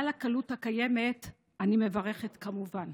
על הקלות הקיימת אני מברכת, כמובן.